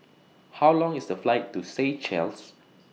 How Long IS The Flight to Seychelles